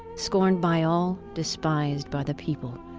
scorned by all, despised by the people.